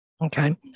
Okay